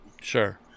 Sure